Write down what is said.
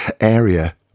area